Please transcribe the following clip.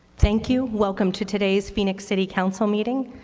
thank you. welcome to today's phoenix city council meeting.